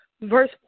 verse